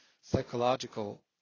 psychological